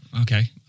Okay